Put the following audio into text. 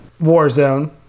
Warzone